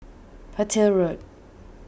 Petir Road